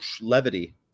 levity